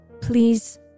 Please